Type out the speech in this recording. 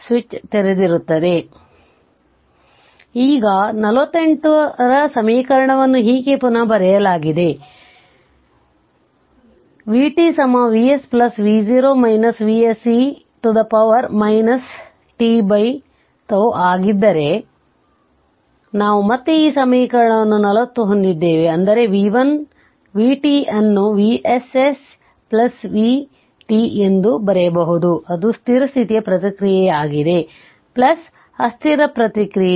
ಆದ್ದರಿಂದ ಈಗ 48 ರ ಸಮೀಕರಣವನ್ನು ಹೀಗೆ ಪುನಃ ಬರೆಯಲಾಗಿದೆ ಈ ಒಂದು vt Vs v0 Vs e ಶಕ್ತಿಗೆ t if ಆಗಿದ್ದರೆ ನಾವು ಮತ್ತೆ ಈ ಸಮೀಕರಣವನ್ನು 40 ಹೊಂದಿದ್ದೇವೆ ಅಂದರೆ vt ಅನ್ನು Vss vt ಎಂದು ಬರೆಯಬಹುದು ಅದು ಸ್ಥಿರ ಸ್ಥಿತಿಯ ಪ್ರತಿಕ್ರಿಯೆಯಾಗಿದೆ ಅಸ್ಥಿರ ಪ್ರತಿಕ್ರಿಯೆ